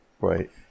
Right